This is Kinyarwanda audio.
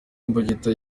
imbugita